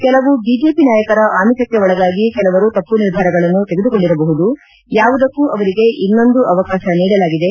ಕೆಲವು ಬಿಜೆಪಿ ನಾಯಕರ ಅಮಿಷಕ್ಕೆ ಒಳಗಾಗಿ ಕೆಲವರು ತಪ್ಪು ನಿರ್ಧಾರಗಳನ್ನು ತೆಗೆದುಕೊಂಡಿರಬಹುದು ಯಾವುದಕ್ಕೂ ಅವರಿಗೆ ಇನ್ನೊಂದು ಅವಕಾಶ ನೀಡಲಾಗಿದೆ